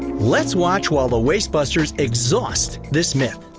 let's watch while the wastebusters exhaust this myth.